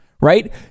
Right